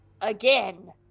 Again